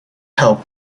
help